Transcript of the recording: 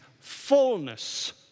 Fullness